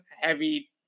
heavy